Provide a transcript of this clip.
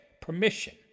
permission